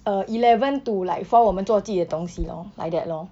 err eleven to like four 我们做自己的东西 lor like that lor